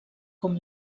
com